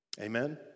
Amen